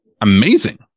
amazing